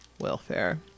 welfare